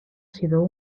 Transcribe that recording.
sido